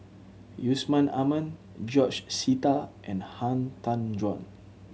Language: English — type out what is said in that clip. Yusman Aman George Sita and Han Tan Juan